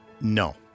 no